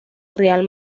real